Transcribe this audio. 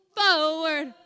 forward